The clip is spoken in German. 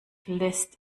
verlässt